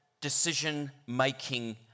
decision-making